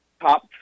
top –